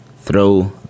throw